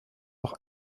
auch